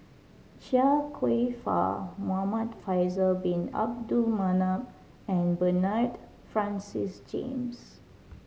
Chia Kwek Fah Muhamad Faisal Bin Abdul Manap and Bernard Francis James